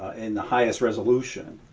in the highest resolution.